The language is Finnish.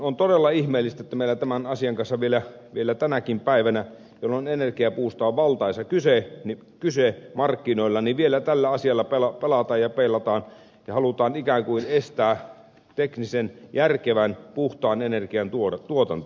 on todella ihmeellistä että meillä tämän asian kanssa vielä tänäkin päivänä jolloin energiapuusta on valtaisa kysyntä markkinoilla pelataan ja peilataan ja halutaan ikään kuin estää teknisen järkevän puhtaan energian tuotanto